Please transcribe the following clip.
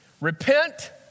Repent